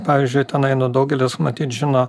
pavyzdžiui tenai daugelis matyt žino